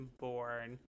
born